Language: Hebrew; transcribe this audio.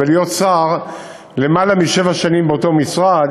בלהיות שר יותר משבע שנים באותו משרד,